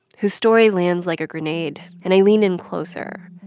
whose story lands like a grenade. and i lean in closer.